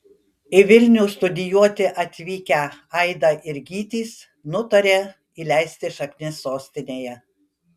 į vilnių studijuoti atvykę aida ir gytis nutarė įleisti šaknis sostinėje